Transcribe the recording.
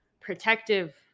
protective